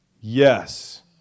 Yes